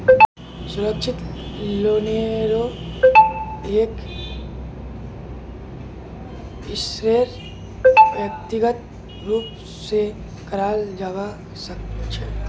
असुरक्षित लोनेरो एक स्तरेर व्यक्तिगत रूप स कराल जबा सखा छ